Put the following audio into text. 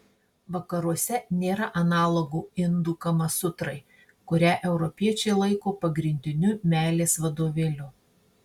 vakaruose nėra analogo indų kamasutrai kurią europiečiai laiko pagrindiniu meilės vadovėliu